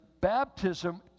baptism